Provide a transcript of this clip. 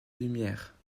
lumière